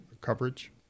coverage